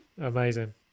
amazing